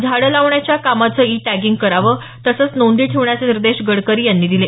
झाडं लावण्याच्या कामाचं ई टॅगिंग करावं तसंच नोंदी ठेवण्याचे निर्देश गडकरी यांनी दिले